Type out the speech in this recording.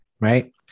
Right